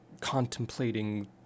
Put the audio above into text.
contemplating